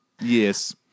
Yes